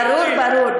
ברור, ברור.